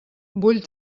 vull